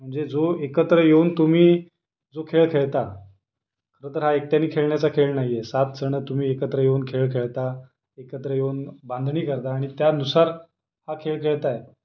म्हणजे जो एकत्र येऊन तुम्ही जो खेळ खेळता खरं तर हा एकट्याने खेळण्याचा खेळ नाही आहे सात जणं तुम्ही एकत्र येऊन खेळ खेळता एकत्र येऊन बांधणी करता आणि त्यानुसार हा खेळ खेळत आहे